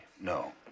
no